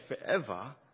forever